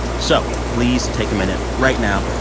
so please take a minute right now.